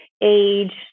age